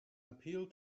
appeal